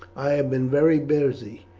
i have been very busy,